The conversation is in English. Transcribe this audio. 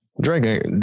Drake